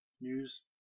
news